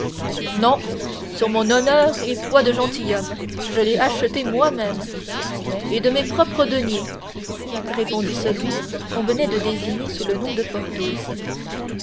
non sur mon honneur et foi de gentilhomme je l'ai acheté moimême et de mes propres deniers répondit celui qu'on venait de désigner sous le nom de porthos